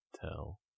tell